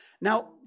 Now